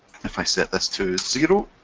if i set this to zero,